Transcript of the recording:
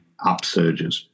upsurges